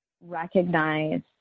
recognize